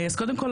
קודם כל,